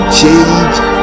change